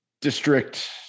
district